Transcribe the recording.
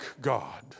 God